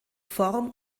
form